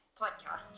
podcast